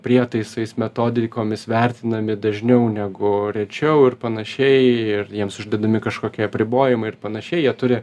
prietaisais metodikomis vertinami dažniau negu rečiau ir panašiai ir jiems išduodami kažkokie apribojimai ir panašiai jie turi